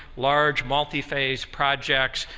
large multi-phase projects,